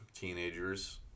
teenagers